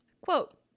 Quote